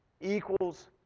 equals